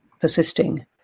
persisting